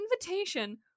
invitation